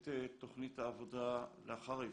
את תוכנית העבודה לאחר האבחון,